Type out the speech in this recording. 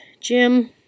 Jim